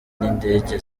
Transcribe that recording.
n’indege